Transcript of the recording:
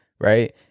right